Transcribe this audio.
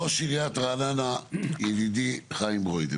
ראש עיריית רעננה, ידידי, חיים ברוידא,